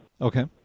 Okay